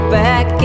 back